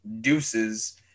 Deuces